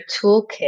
toolkit